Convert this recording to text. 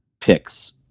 picks